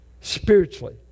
spiritually